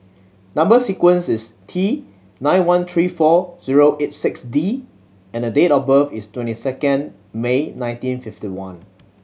number sequence is T nine one three four zero eight six D and date of birth is twenty second May nineteen fifty one